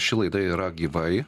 ši laida yra gyvai